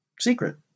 secret